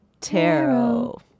Tarot